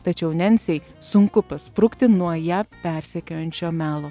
tačiau nensei sunku pasprukti nuo ją persekiojančio melo